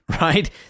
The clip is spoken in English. right